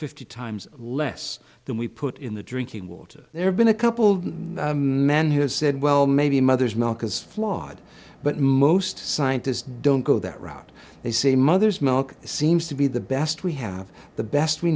fifty times less than we put in the drinking water there been a couple men who has said well maybe mothers milk is flawed but most scientists don't go that route they say mothers milk seems to be the best we have the best we